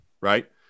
right